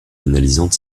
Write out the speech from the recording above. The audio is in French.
pénalisante